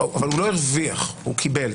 אבל לא הרוויח אלא קיבל,